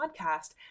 podcast